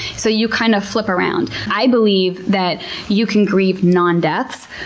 so you kind of flip around. i believe that you can grieve non-deaths,